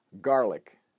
garlic